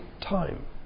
time